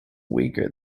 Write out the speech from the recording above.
weaker